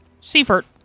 Seifert